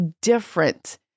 different